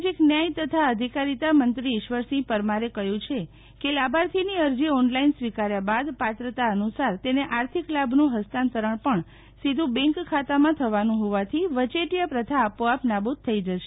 સામાજિક ન્યાય તથા અધિકારિતામંત્રી ઇશ્વરસિંહ પરમારે કહ્યું છે કે લાભાર્થીની અરજી ઓનલાઇન સ્વીકાર્યા બાદ પાત્રતા અનુસાર તેને આર્થિક લાભનું હસ્તાંતરણ પણ સીધું બેન્ક ખાતામાં થવાનું હોવાથી વચેટિયા પ્રથા આપોઆપ નાબૂદ થઈ જશે